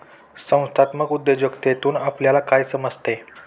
संस्थात्मक उद्योजकतेतून आपल्याला काय समजते?